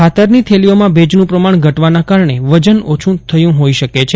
ખાતરની થેલીઓમાં ભેજનું પ્રમાણ ઘટવાના કારણે વજન ઓછ્ થયું હોઇ શકે છે